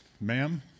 Ma'am